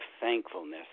thankfulness